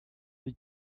the